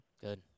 Good